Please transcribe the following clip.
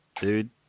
Dude